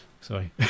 Sorry